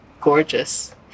gorgeous